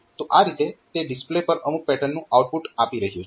તો આ રીતે તે ડિસ્પ્લે પર અમુક પેટર્નનું આઉટપુટ આપી રહ્યું છે